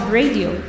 radio